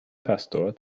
pastor